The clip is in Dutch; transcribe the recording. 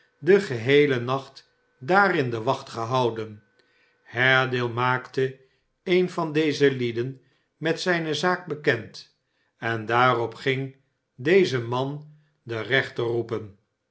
den geheelen nacht daarin de wacht gehouden haredale maakte een van deze lieden met zijne zaak bekend en daaropging deze man den rechter roepen